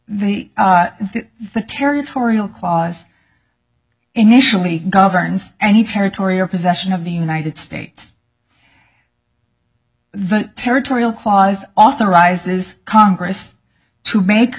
the the territorial clause initially governs any territory or possession of the united states the territorial clause authorizes congress to make